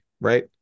right